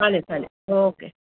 चालेल चालेल ओके